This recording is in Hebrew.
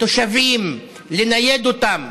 תושבים, לנייד אותם.